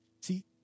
See